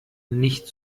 nicht